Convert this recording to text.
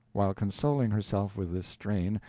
while consoling herself with this strain,